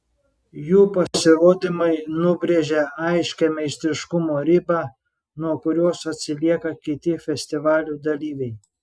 jų pasirodymai nubrėžia aiškią meistriškumo ribą nuo kurios atsilieka kiti festivalių dalyviai